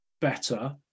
better